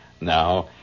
now